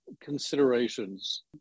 considerations